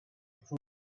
through